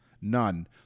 none